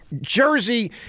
jersey